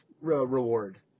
reward